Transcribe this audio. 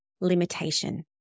limitation